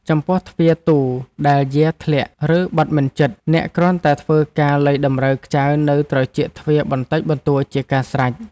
ចំពោះទ្វារទូដែលយារធ្លាក់ ឬបិទមិនជិត អ្នកគ្រាន់តែធ្វើការលៃតម្រូវខ្ចៅនៅត្រចៀកទ្វារបន្តិចបន្តួចជាការស្រេច។